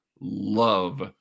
love